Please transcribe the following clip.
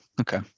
Okay